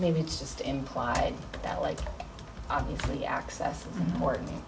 maybe it's just implied that like obviously access or